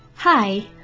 Hi